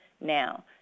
Now